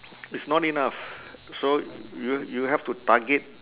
it's not enough so you you have to target